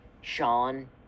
Sean